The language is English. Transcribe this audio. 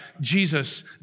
Jesus